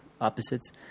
opposites